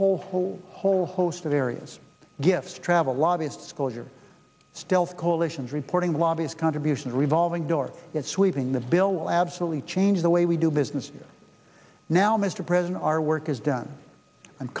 whole whole whole host of areas gifts travel lobbyist disclosure stealth coalitions reporting lobbyist contributions revolving door it's sweeping the bill will absolutely change the way we do business now mr president our work is done i'm